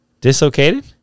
Dislocated